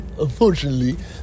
Unfortunately